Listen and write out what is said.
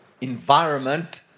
environment